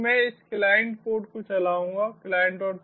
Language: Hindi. तो मैं इस क्लाइंट कोड को चलाऊंगा clientpy